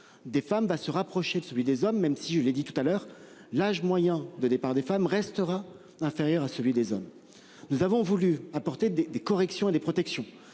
des femmes va se rapprocher de celui des hommes, même si je l'ai dit tout à l'heure, l'âge moyen de départ des femmes restera inférieur à celui des hommes. Nous avons voulu apporter des corrections et des protections.